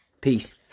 Peace